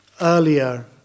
earlier